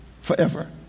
forever